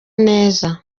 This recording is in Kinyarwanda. neza